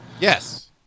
yes